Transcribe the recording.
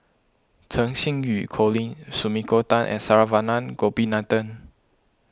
Cheng Xinru Colin Sumiko Tan and Saravanan Gopinathan